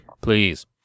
Please